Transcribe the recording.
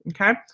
okay